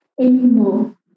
anymore